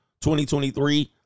2023